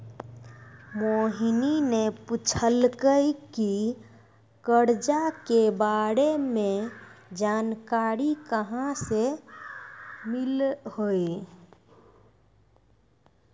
मोहिनी ने पूछलकै की करजा के बारे मे जानकारी कहाँ से मिल्हौं